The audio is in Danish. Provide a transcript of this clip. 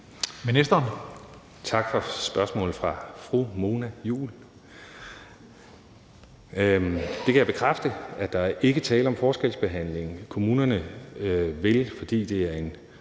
Aagaard): Tak for spørgsmålet fra fru Mona Juul. Jeg kan bekræfte, at der ikke er tale om forskelsbehandling. Kommunerne vil, fordi det er en